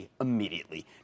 immediately